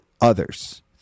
others